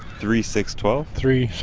three, six, twelve. three,